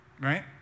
right